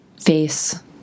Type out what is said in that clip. face